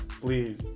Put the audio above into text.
please